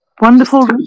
Wonderful